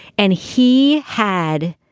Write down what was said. and he had